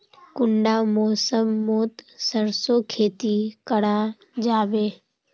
कुंडा मौसम मोत सरसों खेती करा जाबे?